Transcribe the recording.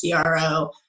cro